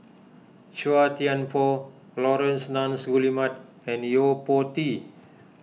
Chua Thian Poh Laurence Nunns Guillemard and Yo Po Tee